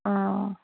ꯑꯥ